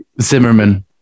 Zimmerman